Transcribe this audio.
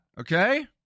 okay